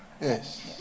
Yes